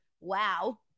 wow